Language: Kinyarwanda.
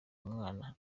umwana